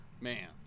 Man